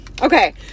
okay